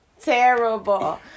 Terrible